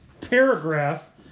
paragraph